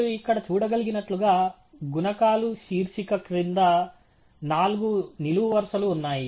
మీరు ఇక్కడ చూడగలిగినట్లుగా గుణకాలు శీర్షిక క్రింద నాలుగు నిలువు వరుసలు ఉన్నాయి